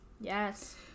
Yes